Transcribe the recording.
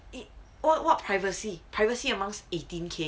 it what what privacy privacy amongst eighteen K